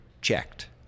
checked